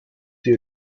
die